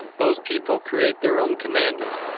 those people create their own commanders,